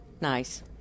nice